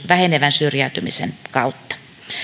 vähenevän syrjäytymisen kautta